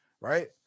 right